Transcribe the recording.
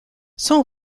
son